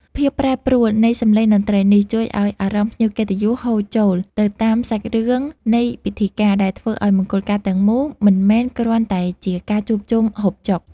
ភាពប្រែប្រួលនៃសម្លេងតន្ត្រីនេះ ជួយឱ្យអារម្មណ៍ភ្ញៀវកិត្តិយសហូរចូលទៅតាមសាច់រឿងនៃពិធីការ ដែលធ្វើឱ្យមង្គលការទាំងមូលមិនមែនគ្រាន់តែជាការជួបជុំហូបចុក